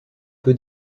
peu